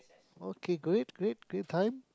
okay great great great time